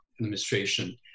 administration